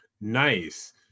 Nice